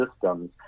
systems